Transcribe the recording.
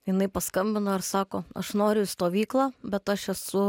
jinai paskambino ir sako aš noriu į stovyklą bet aš esu